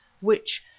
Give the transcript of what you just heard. which,